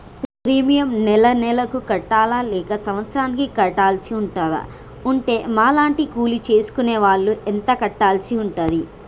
Premium నెల నెలకు కట్టాలా లేక సంవత్సరానికి కట్టాల్సి ఉంటదా? ఉంటే మా లాంటి కూలి చేసుకునే వాళ్లు ఎంత కట్టాల్సి ఉంటది?